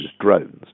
drones